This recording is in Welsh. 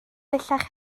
bellach